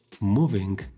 moving